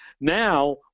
Now